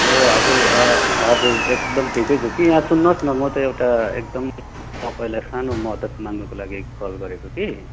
ए हजुर हजुर एकदम ठिकै छु कि यहाँ सुन्नुहोस् न म त एउटा एकदम तपाईँलाई सानो मदद माग्नुको लागि कल गरेको कि